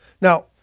Now